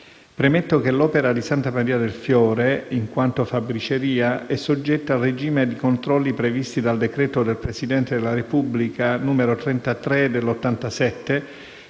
Premetto che l'Opera di Santa Maria del Fiore, in quanto fabbriceria, è soggetta al regime di controlli previsti dal decreto del Presidente della Repubblica n. 33 del 1987,